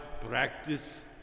Practice